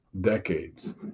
decades